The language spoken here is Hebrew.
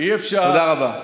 תודה רבה.